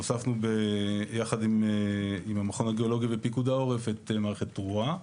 הוספנו יחד עם המכון הגיאולוגי בפיקוד העורף את מערכת תרועה.